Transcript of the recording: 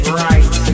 right